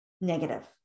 negative